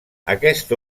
aquest